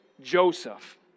Joseph